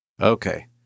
Okay